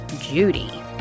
Judy